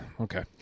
okay